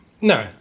No